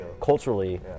culturally